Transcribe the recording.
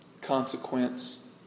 consequence